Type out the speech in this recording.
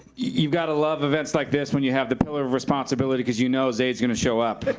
you've gotta love events like this when you have the pillar of responsibility cause you know zaid's gonna show up.